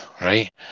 right